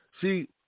See